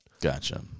Gotcha